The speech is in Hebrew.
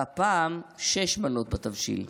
והפעם שש מנות בתבשיל: